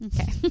Okay